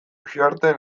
uxarte